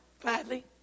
gladly